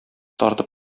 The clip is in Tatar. тартып